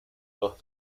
los